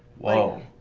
whoa,